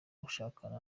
gushakana